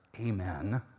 amen